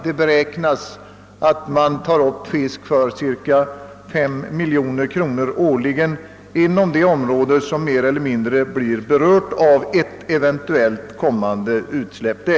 Det beräknas att man tar upp fisk för cirka 5 miljoner kronor årligen inom det område som blir mer eller mindre berört av ett eventuellt kommande utsläpp.